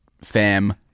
fam